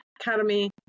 Academy